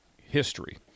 history